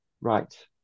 right